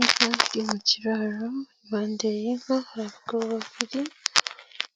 Inka iri mu kiraro, impande y'inka hari hagabo babiri